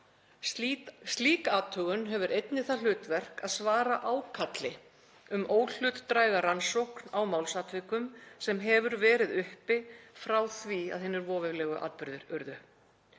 Slík athugun hefur einnig það hlutverk að svara ákalli um óhlutdræga rannsókn á málsatvikum sem hefur verið uppi frá því að hinir voveiflegu atburðir urðu.